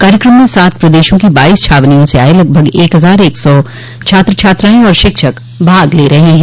कार्यक्रम में सात प्रदेशों की बाईस छावनियों से आये लगभग एक हजार एक सौ छात्र छात्राएं और शिक्षक भाग ले रहे हैं